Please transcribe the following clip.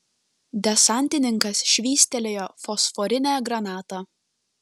desantininkas švystelėjo fosforinę granatą